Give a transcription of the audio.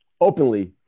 Openly